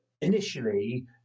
initially